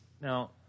Now